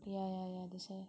yeah yeah yeah that's why